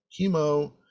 chemo